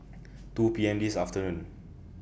two P M This afternoon